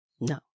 No